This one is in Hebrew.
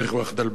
אתה יודע את זה.